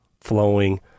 flowing